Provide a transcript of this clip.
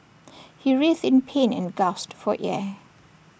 he writhed in pain and gasped for air